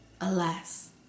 Alas